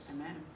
Amen